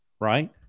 right